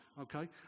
okay